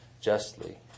justly